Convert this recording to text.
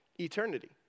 eternity